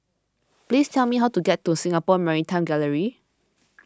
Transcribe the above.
please tell me how to get to Singapore Maritime Gallery